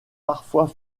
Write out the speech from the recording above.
parfois